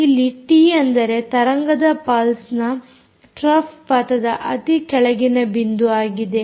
ಇಲ್ಲಿ ಟಿ ಅಂದರೆ ತರಂಗದ ಪಲ್ಸ್ನ ಟ್ರಫ್ ಪಥದ ಅತಿ ಕೆಳಗಿನ ಬಿಂದು ಆಗಿದೆ